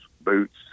boots